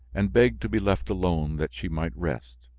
and begged to be left alone that she might rest.